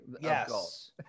Yes